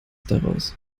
daraus